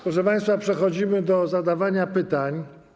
Proszę państwa, przechodzimy do zadawania pytań.